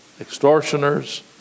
extortioners